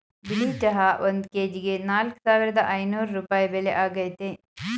ಬಿಳಿ ಚಹಾ ಒಂದ್ ಕೆಜಿಗೆ ನಾಲ್ಕ್ ಸಾವಿರದ ಐನೂರ್ ರೂಪಾಯಿ ಬೆಲೆ ಆಗೈತೆ